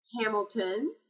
Hamilton